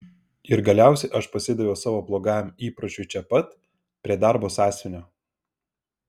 ir galiausiai aš pasidaviau savo blogajam įpročiui čia pat prie darbo sąsiuvinio